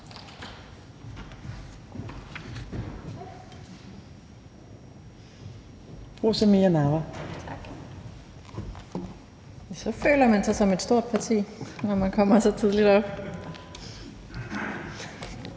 Man føler sig som et stort parti, når man kommer så tidligt op.